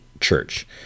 church